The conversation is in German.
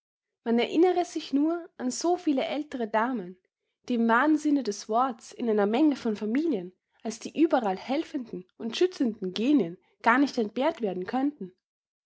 man erinnere sich nur an so viele ältere damen die im wahren sinne des worts in einer menge von familien als die überall helfenden und schützenden genien gar nicht entbehrt werden könnten